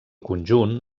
conjunt